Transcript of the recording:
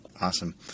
Awesome